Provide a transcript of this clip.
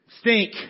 stink